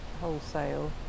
wholesale